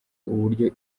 uburyo